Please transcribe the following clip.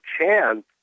chance